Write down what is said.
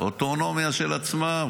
אוטונומיה משל עצמם.